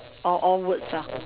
or all words lah